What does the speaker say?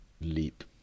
leap